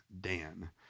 Dan